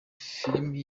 film